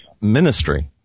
ministry